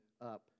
up